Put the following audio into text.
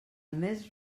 més